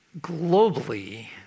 Globally